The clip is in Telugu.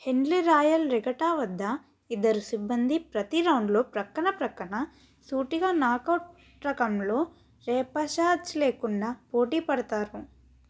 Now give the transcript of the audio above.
హెన్లీ రాయల్ రెగట వద్ద ఇద్దరు సిబ్బంది ప్రతి రౌండ్లో ప్రక్కన ప్రక్కన సూటిగా నాకవుట్ రకంలో రేపషాజ్ లేకుండా పోటీ పడతారు